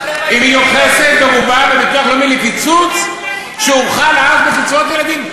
היא מיוחסת ברובה בביטוח לאומי לקיצוץ שהוחל אז בקצבאות הילדים.